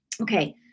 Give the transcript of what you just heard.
Okay